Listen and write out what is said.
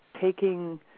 taking